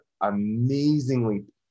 amazingly